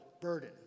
burden